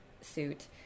suit